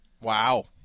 Wow